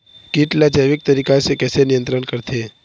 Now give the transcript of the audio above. कीट ला जैविक तरीका से कैसे नियंत्रण करथे?